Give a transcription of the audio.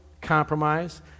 compromise